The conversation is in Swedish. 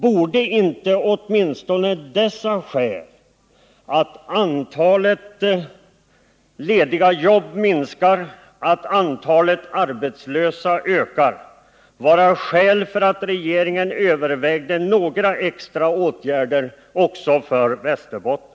Borde inte åtminstone det faktum att antalet lediga jobb minskar och antalet arbetslösa ökar vara skäl för regeringen att överväga några extra åtgärder också för Västerbotten?